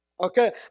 Okay